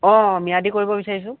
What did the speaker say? অঁ ম্য়াদি কৰিব বিচাৰিছোঁ